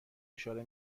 اشاره